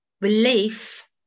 relief